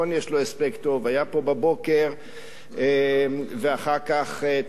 יש לו הספק טוב: היה פה בבוקר ואחר כך טס